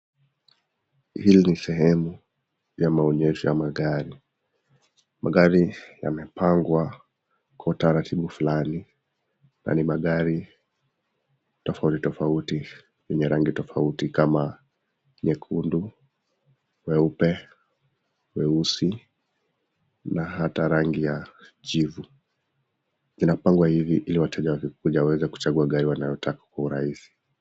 Hii ni sehemu ya maonyesho ya magari, magari yamepangwa kwa utaratibu fulani na ni magari tofauti tofauti yenye rangi tofauti kama, nyekundu, meupe, meusi na hata ran.gi ya jivu, yamepangwa hivi ili wateja waweze kuchagua gari wanalotaka kwa urahisi